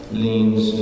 leans